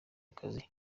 akazi